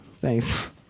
Thanks